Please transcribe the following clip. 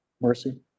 mercy